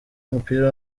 w’umupira